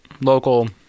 local